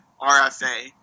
RFA